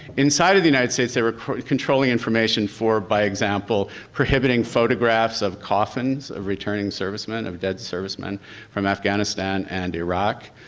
inside of the united states, they were controlling information for by example prohibiting photographs of coffins of returning servicemen, of dead servicemen from afghanistan and iraq.